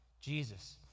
Jesus